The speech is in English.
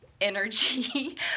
energy